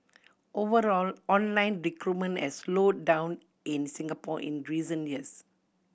overall online recruitment has slowed down in Singapore in recent years